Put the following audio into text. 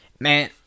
Man